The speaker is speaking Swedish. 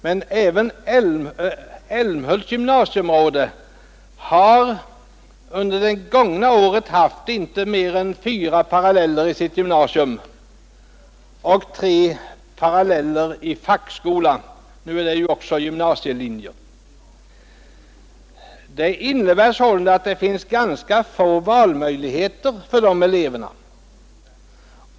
Men Älmhults gymnasieområde har under det gångna året inte haft mer än fyra paralleller i gymnasiekolan och tre paralleller i fackskolan — nu är de ju också gymnasielinjer. Det innebär sålunda att det finns ganska få valmöjligheter för dessa elever.